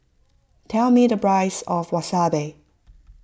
tell me the price of Wasabi